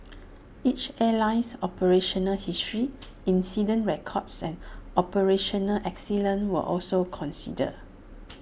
each airline's operational history incident records and operational excellence were also considered